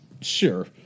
Sure